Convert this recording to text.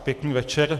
Pěkný večer.